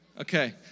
Okay